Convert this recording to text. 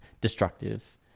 destructive